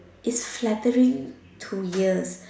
is flattering to ears